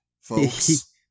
folks